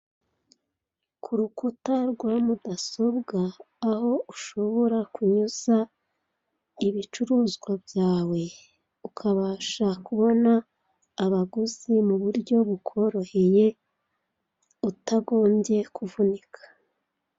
Ku rukuta rwa mudasobwa aho ushobora kunyuza ibicuruzwa byawe ukabasha kubona abaguzi mu buryo bukoroheye utagombye kuvunika.